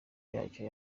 yacyo